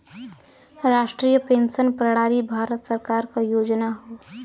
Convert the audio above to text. राष्ट्रीय पेंशन प्रणाली भारत सरकार क योजना हौ